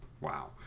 Wow